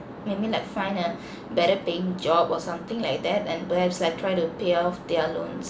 maybe like find a better paying job or something like that and perhaps like try to pay off their loans